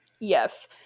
Yes